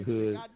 Hood